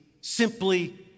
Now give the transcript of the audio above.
simply